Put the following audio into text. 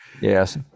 Yes